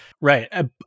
Right